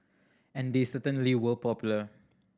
and they certainly were popular